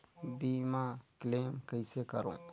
बीमा क्लेम कइसे करों?